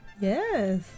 Yes